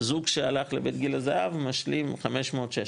זוג שהלך לבית גיל הזהב, משלים 500-600